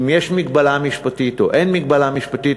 אם יש מגבלה משפטית או אין מגבלה משפטית